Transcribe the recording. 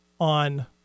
on